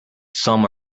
some